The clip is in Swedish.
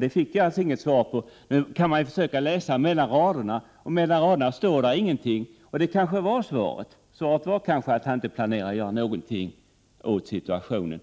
Det fick jag alltså inget svar på. Men kan man inte försöka läsa mellan raderna? Mellan raderna står ingenting, och det kanske var svaret — att han inte planerar att göra någonting åt situationen.